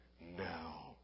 now